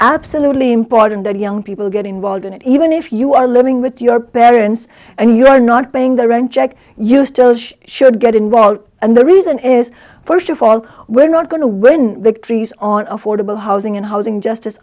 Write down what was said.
absolutely important that young people get involved in it even if you are living with your parents and you are not paying the rent check you still should get involved and the reason is first of all we're not going to win victories on affordable housing and housing justice